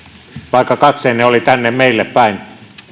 vaikka katseenne oli tänne meille päin